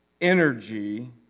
energy